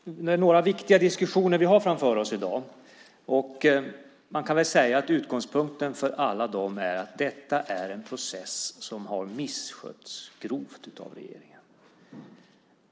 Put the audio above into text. Herr talman! Det är några viktiga diskussioner som vi har framför oss i dag. Man kan säga att utgångspunkten för alla dem är att detta är en process som har misskötts grovt av regeringen.